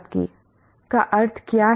का अर्थ क्या है